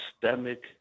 systemic